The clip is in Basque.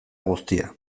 guztia